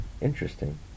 Interesting